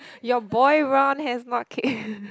your boy Ron has not kicked